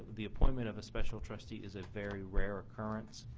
the appointment of a special trustee is a very rare occurrence.